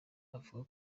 avuga